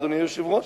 אדוני היושב-ראש,